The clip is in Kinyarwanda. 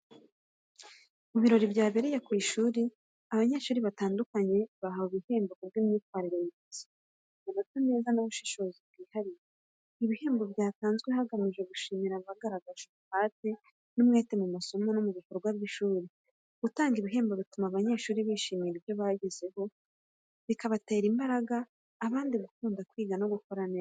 Mu birori byabereye ku ishuri, abanyeshuri batandukanye bahawe ibihembo ku bw’imyitwarire myiza, amanota meza n’ubushobozi bwihariye. Ibihembo byatanzwe hagamijwe gushimira abagaragaje umuhate n’umwete mu masomo no mu bikorwa by’ishuri. Gutanga ibihembo bituma abanyeshuri bishimira ibyo bagezeho, bigatera imbaraga abandi gukunda kwiga no gukora neza.